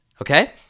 okay